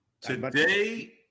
Today